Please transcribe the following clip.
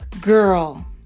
Girl